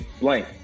blank